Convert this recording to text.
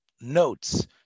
notes